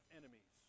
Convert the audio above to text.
enemies